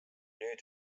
nüüd